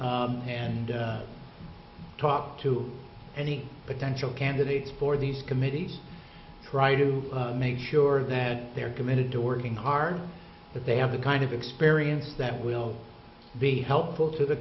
and talk to any potential candidates for these committees try to make sure that they are committed to working hard that they have the kind of experience that will be helpful to the